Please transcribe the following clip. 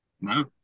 No